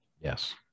yes